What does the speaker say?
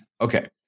Okay